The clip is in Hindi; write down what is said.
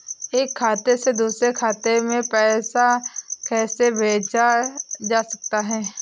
एक खाते से दूसरे खाते में पैसा कैसे भेजा जा सकता है?